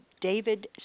David